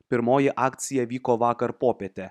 pirmoji akcija vyko vakar popietę